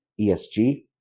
ESG